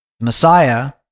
messiah